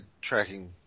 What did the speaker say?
tracking